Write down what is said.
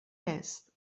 est